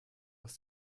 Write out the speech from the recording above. ist